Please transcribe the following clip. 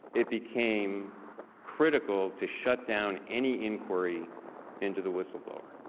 it became critical to shut down any inquiry into the whistleblower.